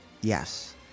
Yes